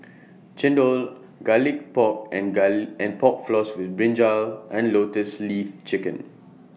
Chendol Garlic Pork and Pork Floss with Brinjal and Lotus Leaf Chicken